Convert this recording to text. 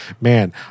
man